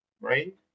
right